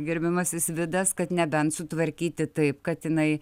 gerbiamasis vidas kad nebent sutvarkyti taip kad jinai